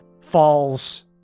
falls